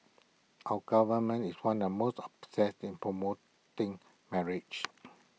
our government is one the most obsessed in promoting marriage